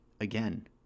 again